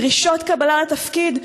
דרישות קבלה לתפקיד,